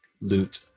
loot